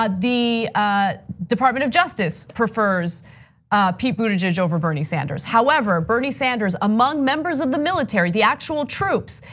ah the ah department of justice prefers pete buttigieg over bernie sanders. however, bernie sanders among members of the military, the actual troops,